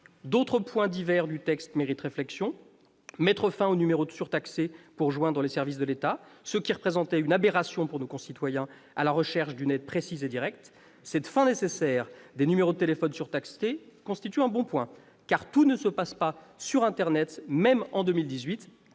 D'autres points divers du texte méritent réflexion. Je pense, notamment, à la fin des numéros surtaxés pour joindre les services de l'État, qui représentaient une aberration pour nos concitoyens recherchant une aide précise et directe. Cette fin nécessaire des numéros de téléphone surtaxés constitue un bon point, car tout ne se passe pas sur internet, même en 2018-